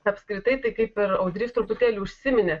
apskritai tai kaip ir audrys truputėlį užsiminė